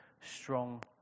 strong